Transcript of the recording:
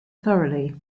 thoroughly